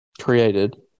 Created